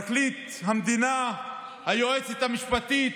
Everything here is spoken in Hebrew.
פרקליט המדינה, היועצת המשפטית,